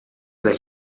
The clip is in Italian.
del